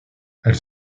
elle